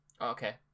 Okay